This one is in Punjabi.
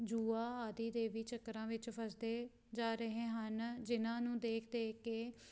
ਜੁਆ ਆਦਿ ਦੇ ਵੀ ਚੱਕਰਾਂ ਵਿੱਚ ਫਸਦੇ ਜਾ ਰਹੇ ਹਨ ਜਿਹਨਾਂ ਨੂੰ ਦੇਖ ਦੇਖ ਕੇ